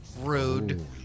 rude